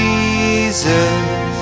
Jesus